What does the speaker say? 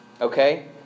Okay